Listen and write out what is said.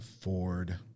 Ford